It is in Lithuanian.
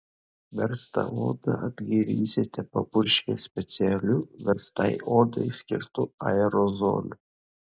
verstą odą atgaivinsite papurškę specialiu verstai odai skirtu aerozoliu